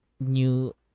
new